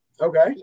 Okay